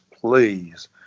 please